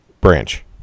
Branch